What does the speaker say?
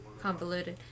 convoluted